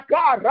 God